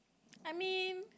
I mean